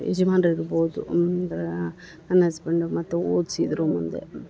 ಯಜ್ಮಾನ್ರು ಇರ್ಬೋದು ದ ನನ್ನ ಹಸ್ಬೆಂಡ್ ಮತ್ತು ಓದ್ಸಿದ್ದರು ಮುಂದೆ